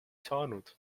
saanud